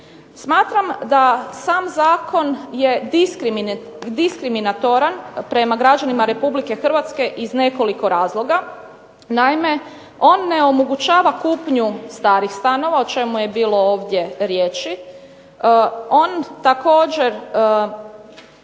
Smatram da sam zakon je diskriminatoran prema građanima RH iz nekoliko razloga. Naime, on ne omogućava kupnju starih stanova o čemu je bilo ovdje riječi, on također